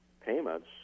payments